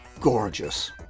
gorgeous